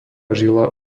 žila